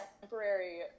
temporary